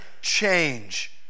change